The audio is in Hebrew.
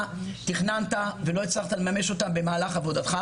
תכננת ולא הצלחת לממש אותם במהלך עבודתך.